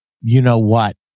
you-know-what